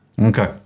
Okay